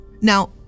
Now